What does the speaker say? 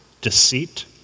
deceit